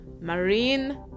marine